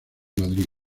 madrid